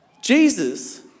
Jesus